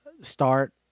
start